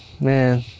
man